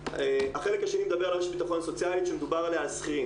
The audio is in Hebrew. החלק השני מדבר על רשת ביטחון סוציאלית שמדובר על השכירים.